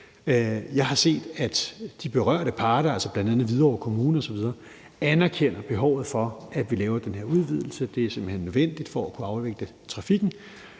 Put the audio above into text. Jeg har set, at de berørte parter, bl.a. Hvidovre Kommune osv., anerkender behovet for, at vi laver den her udvidelse. Det er simpelt hen nødvendigt for at kunne afvikle trafikken.